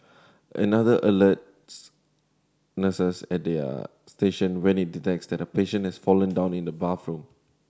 another alerts nurses at their station when it detects that a patient has fallen down in the bathroom